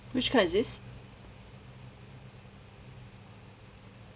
which card is this